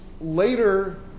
later